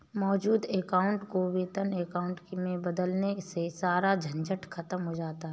मौजूद अकाउंट को वेतन अकाउंट में बदलवाने से सारा झंझट खत्म हो जाता है